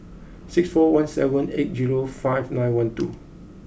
six four one seven eight five nine one two